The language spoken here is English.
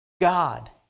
God